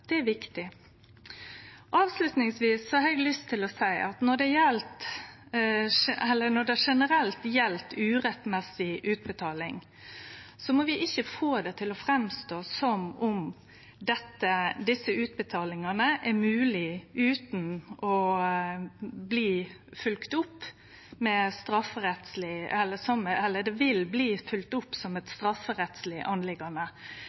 Det er viktig. Avslutningsvis har eg lyst til å seie at når det gjeld urettvis utbetaling generelt, må vi ikkje få det til å verke som om desse utbetalingane er moglege utan at dei blir følgde opp som ei strafferettsleg sak. Det er heilt opplagt at det